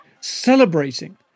celebrating